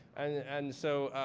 and and so,